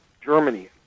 Germany